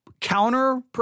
counter